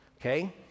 Okay